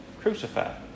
crucified